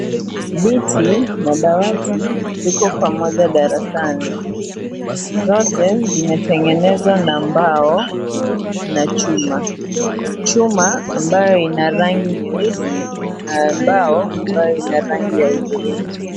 Viti na dawati ziko pamoja darasani , zote zimetengenezwa na mbao na chuma , chuma ambayo ina rangi nyeusi na mbao ambayo ina rangi hudhurungi.